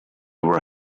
were